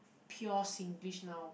pure singlish now